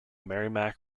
merrimack